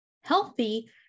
healthy